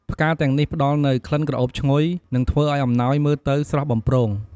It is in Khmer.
ផ្កាទាំងនេះផ្តល់នូវក្លិនក្រអូបឈ្ងុយ និងធ្វើឱ្យអំណោយមើលទៅស្រស់បំព្រង។